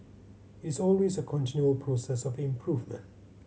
it's always a continual process of improvement